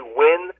win